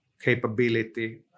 capability